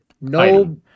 No